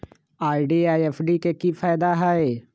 RD आ FD के कि फायदा हई?